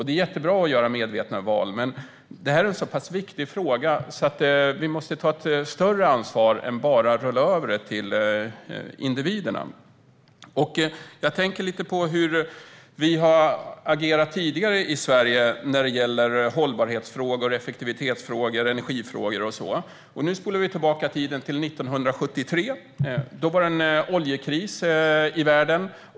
Det är jättebra att göra medvetna val, men detta är en så pass viktig fråga att vi måste ta ett större ansvar och inte bara rulla över det till individerna. Jag tänker lite på hur vi har agerat tidigare i Sverige när det gäller hållbarhets, effektivitets och energifrågor. Nu spolar vi tillbaka tiden till 1973. Då inträffade en oljekris i världen.